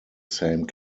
same